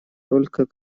только